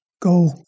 go